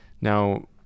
Now